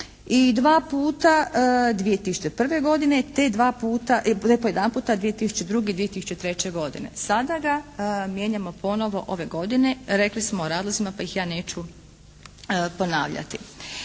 i dva puta 2001. godine, te dva puta, ne po jedan puta 2002. i 2003. godine. Sada ga mijenjamo ponovo ove godine. Rekli smo o razlozima, pa ih ja neću ponavljati.